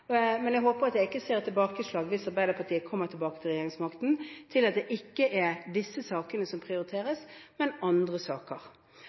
men jeg håper at jeg ikke ser et tilbakeslag hvis Arbeiderpartiet kommer tilbake til regjeringsmakten, til at det ikke er disse sakene som prioriteres, men andre saker.